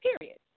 period